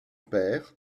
père